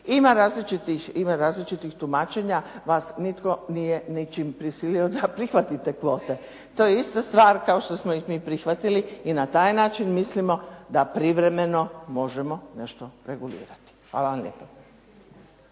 Ima različitih tumačenja. Vas nitko nije ničim prisilo da prihvatite kvote. To je ista stvar kao što smo ih mi prihvatili i na taj način da privremeno možemo nešto regulirati. Hvala vam lijepa.